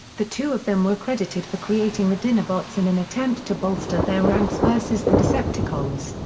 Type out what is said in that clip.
the two of them were credited for creating the dinobots in an attempt to bolster their ranks versus the decepticons.